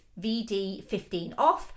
VD15OFF